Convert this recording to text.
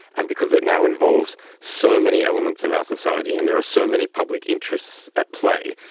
and because it now involves so many elements of our society and there are so many public interests at play,